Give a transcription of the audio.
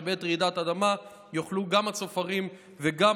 בעת רעידת אדמה יוכלו גם הצופרים וגם